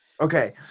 okay